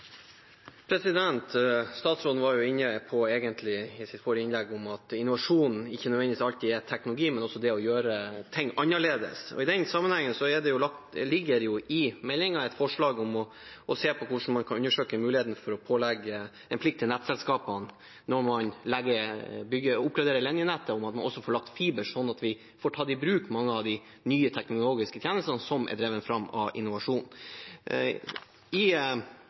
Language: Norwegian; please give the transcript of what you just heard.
bedre. Statsråden var inne på at innovasjon ikke nødvendigvis alltid er teknologi, men også det å gjøre ting annerledes. I den sammenheng ligger det i innstillingen et forslag om å se på en plikt for nettselskapene til å undersøke muligheten for, når man oppgraderer ledningsnettet, også å få lagt fiber, slik at vi får tatt i bruk mange av de nye teknologiske tjenestene som er drevet fram av innovasjon. I